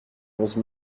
onze